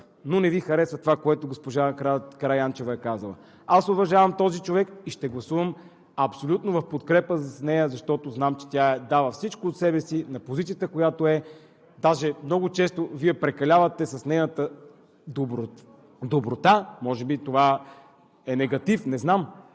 но не Ви харесва това, което госпожа Караянчева е казала. Аз уважавам този човек и ще гласувам абсолютно в подкрепа за нея, защото знам, че тя е дала всичко от себе си на позицията, която е, даже много често Вие прекалявате с нейната доброта. Може би това е негатив – не знам,